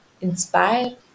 inspire